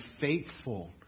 faithful